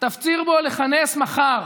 תפציר בו לכנס מחר